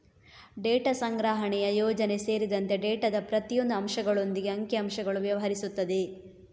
data ಸಂಗ್ರಹಣೆಯ ಯೋಜನೆ ಸೇರಿದಂತೆ ಡೇಟಾದ ಪ್ರತಿಯೊಂದು ಅಂಶಗಳೊಂದಿಗೆ ಅಂಕಿ ಅಂಶಗಳು ವ್ಯವಹರಿಸುತ್ತದೆ